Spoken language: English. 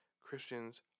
Christians